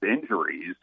injuries